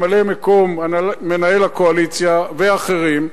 ממלא-מקום מנהל הקואליציה ואחרים,